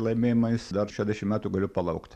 laimėjimais dar šedešim metų galiu palaukt